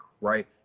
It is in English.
right